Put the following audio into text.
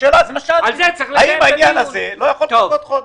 לכן שאלתי אם העניין הזה לא יכול לחכות חודש.